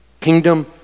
kingdom